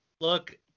Look